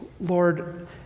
Lord